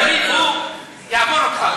(אמר בערבית: דבר עברית.) (אומר בערבית: